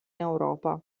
europa